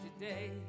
today